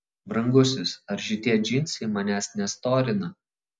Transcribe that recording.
brangusis ar šitie džinsai manęs nestorina